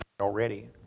already